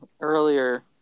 earlier